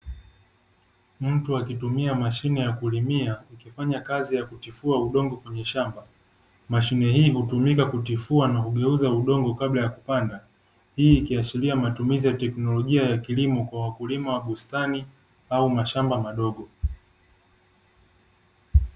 Mtu akitumia mashine ya kulimia, ikifanya kazi ya kutifua udongo kwenye shamba. Mashine hii hutumika kutifua na kugeuza udongo kabla ya kupanda. Hii ikiashiria matumizi teknolojia ya kilimo kwa wakulima wa bustani au mashamba madogo.